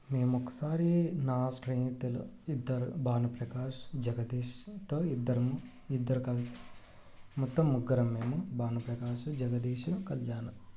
మేము ఒకసారి నా స్నేహితులు ఇద్దరు భానుప్రకాష్ జగదీష్తో ఇద్దరము ఇద్దరు కలిసి మొత్తం ముగ్గరము మేము భానుప్రకాషు జగదీష్ కళ్యాణ్